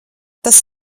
tas